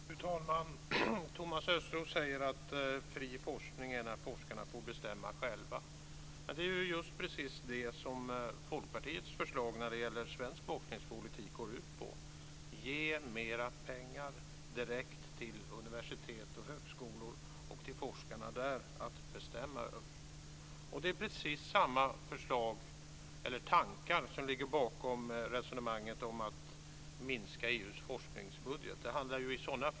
Fru talman! Thomas Östros säger att fri forskning är när forskarna får bestämma själva. Det är precis det som Folkpartiets förslag när det gäller svensk forskningspolitik går ut på, dvs. ge mera pengar direkt till forskarna på universitet och högskolor att bestämma över. Det är precis samma tankar som ligger bakom resonemanget om att minska EU:s forskningsbudget.